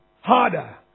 harder